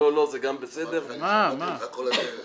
מה זה שימושים ציבוריים?